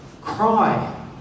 cry